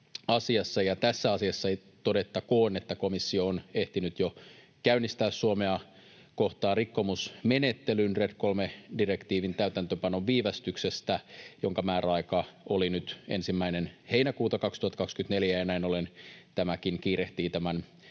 tässä asiassa todettakoon, että komissio on ehtinyt jo käynnistää Suomea kohtaan rikkomusmenettelyn Red III -direktiivin täytäntöönpanon viivästyksestä, jonka määräaika oli nyt 1. heinäkuuta 2024, ja näin ollen tämäkin kiirehtii tämän lakimuutoksen